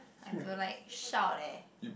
I to like shout leh